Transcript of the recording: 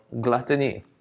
gluttony